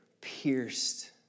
pierced